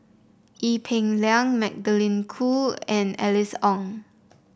Ee Peng Liang Magdalene Khoo and Alice Ong